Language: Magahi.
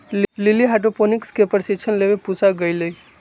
लिली हाइड्रोपोनिक्स के प्रशिक्षण लेवे पूसा गईलय